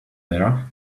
there